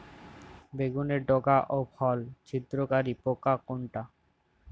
বেগুনের ডগা ও ফল ছিদ্রকারী পোকা কোনটা?